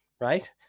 right